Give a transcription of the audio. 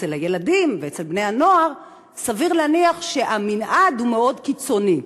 אצל הילדים ואצל בני-הנוער סביר להניח שהמנעד מאוד קיצוני,